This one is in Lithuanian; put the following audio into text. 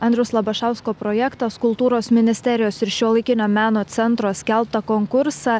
andriaus labašausko projektas kultūros ministerijos ir šiuolaikinio meno centro skelbtą konkursą